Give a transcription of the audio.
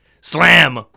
Slam